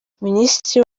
minisitiri